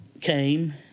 came